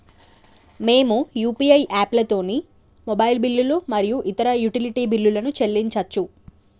మేము యూ.పీ.ఐ యాప్లతోని మొబైల్ బిల్లులు మరియు ఇతర యుటిలిటీ బిల్లులను చెల్లించచ్చు